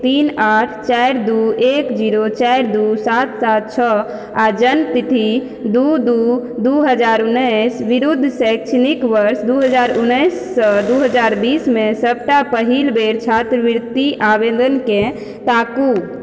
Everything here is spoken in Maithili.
तीन आठ चारि दू एक जीरो चारि दू सात सात छओ आओर जन्मतिथि दू दू दू हजार उनैस विरुद्ध शैक्षणिक वर्ष दू हजार उनैससँ दू हजार बीसमे सबटा पहिल बेर छात्रवृति आवेदनके ताकू